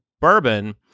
bourbon